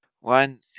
one